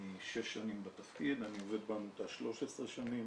אני שש שנים בתפקיד, אני עובד בעמותה 13 שנים.